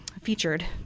featured